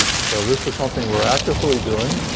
so this is something we're actively doing.